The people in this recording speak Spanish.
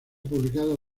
publicado